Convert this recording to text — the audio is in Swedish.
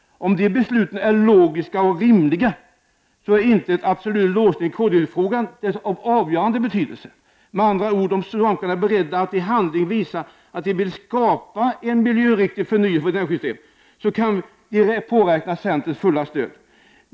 Om de besluten blir logiska och rimliga, är inte en absolut låsning i koldioxidfrågan av avgörande betydelse. Det betyder med andra ord att om socialdemokraterna är beredda att i handling visa att de vill få till stånd en miljöriktig förnyelse av vårt energisystem, kan de påräkna centerns fulla stöd.